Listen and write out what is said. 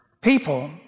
people